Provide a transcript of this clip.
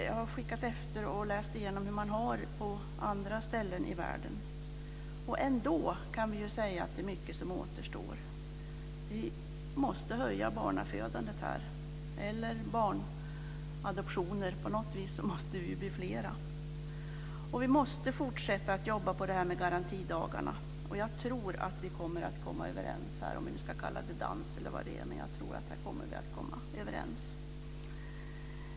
Jag har skickat efter och läst på hur man har det på andra ställen i världen. Ändå kan vi säga att det är mycket som återstår. Vi måste höja barnafödandet eller öka barnadoptioner. På något vis måste vi bli flera. Vi måste fortsätta att jobba med garantidagarna. Jag tror att vi kan komma överens, om vi ska kalla det för dans eller annat, men jag tror att vi kommer att komma överens.